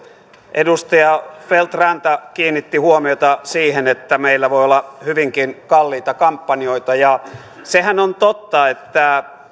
edustaja feldt ranta kiinnitti huomiota siihen että meillä voi olla hyvinkin kalliita kampanjoita ja sehän on totta että